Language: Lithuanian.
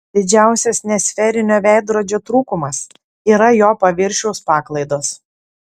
didžiausias nesferinio veidrodžio trūkumas yra jo paviršiaus paklaidos